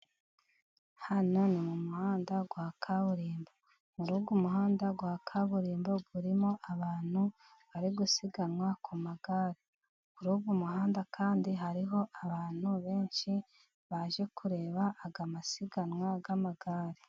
Hano ni mu muhanda wa kaburimbo, muri uyu umuhanda wa kaburimbo, urimo abantu bari gusiganwa ku magare. Muri uyu muhanda, kandi hariho abantu benshi baje kureba aya masiganwa y'amagare.